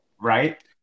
Right